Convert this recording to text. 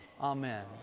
Amen